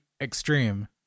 extreme